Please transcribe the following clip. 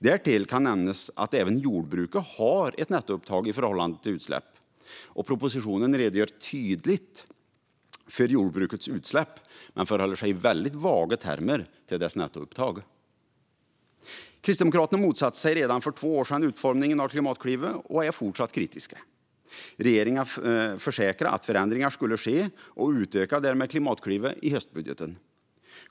Därtill kan nämnas att även jordbruket har ett nettoupptag i förhållande till utsläpp. Propositionen redogör tydligt för jordbrukets utsläpp men förhåller sig i väldigt vaga termer till dess nettoupptag. Kristdemokraterna motsatte sig redan för två år sedan utformningen av Klimatklivet och är fortfarande kritiska. Regeringen försäkrade att förändringar skulle ske och utökade därmed Klimatklivet i höstbudgeten.